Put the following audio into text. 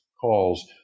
calls